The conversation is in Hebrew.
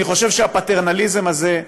אני חושב שהפטרנליזם הזה,